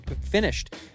finished